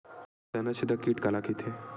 तनाछेदक कीट काला कइथे?